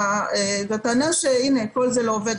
הטענה שכל זה לא עובד,